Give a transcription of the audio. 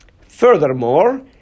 Furthermore